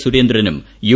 സുരേന്ദ്രനും യു